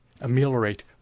ameliorate